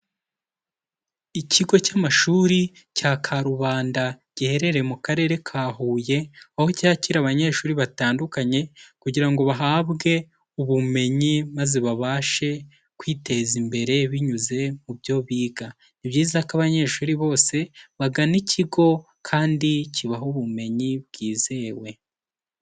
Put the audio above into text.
Ikigo cy'amashuri cya Karubanda giherereye mu karere ka Huye, aho cyakira abanyeshuri batandukanye kugira ngo bahabwe ubumenyi maze babashe kwiteza imbere binyuze mu byo biga, ni byiza ko abanyeshuri bose bagana ikigo kandi kibaha ubumenyi bwizewe.